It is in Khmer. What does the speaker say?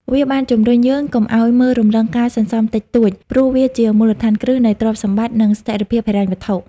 វាបានជំរុញយើងកុំអោយមើលរំលងការសន្សំតិចតួច ព្រោះវាជាមូលដ្ឋានគ្រឹះនៃទ្រព្យសម្បត្តិ និងស្ថិរភាពហិរញ្ញវត្ថុ។